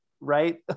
right